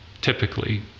typically